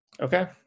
Okay